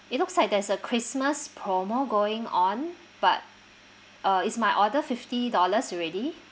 it looks like there's a christmas promo going on but uh is my order fifty dollars already